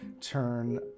turn